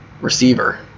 receiver